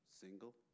single